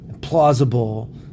plausible